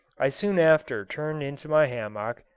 i soon after turned into my hammock,